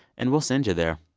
and we'll send you there